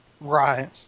Right